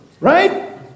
right